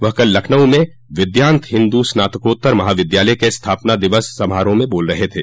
वह कल लखनऊ में विद्यान्त हिन्दू स्नातकोत्तर महाविद्यालय के स्थापना दिवस के समारोह में बोल रहे थे